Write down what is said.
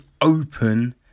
open